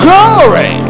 Glory